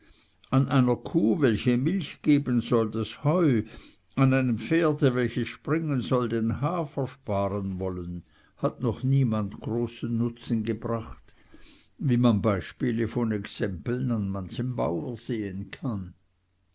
an einer kuh welche milch geben soll das heu an einem pferde welches springen soll den hafer sparen wollen hat noch niemand großen nutzen gebracht wie man beispiele von exempeln an manchem bauer sehen kann